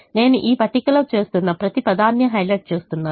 నేను ఈ పట్టికలో చేస్తున్న ప్రతి పదాన్ని హైలైట్ చేస్తున్నాను